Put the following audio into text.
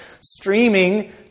streaming